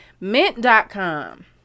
mint.com